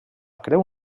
creu